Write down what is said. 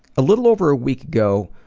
a little over a week ago,